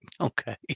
Okay